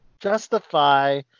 justify